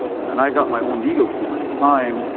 and i got my own legal team at the time,